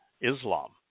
Islam